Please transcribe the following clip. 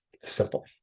Simple